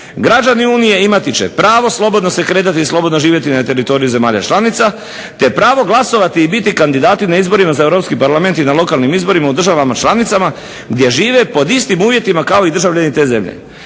Građani Unije imati će pravo slobodno se kretati i slobodno živjeti na teritoriju zemalja članica te pravo glasovati i biti kandidati na izborima za Europski parlament i na lokalnim izborima u državama članicama gdje žive pod istim uvjetima kao i državljani te zemlje.